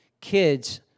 kids